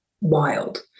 wild